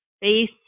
base